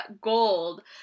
gold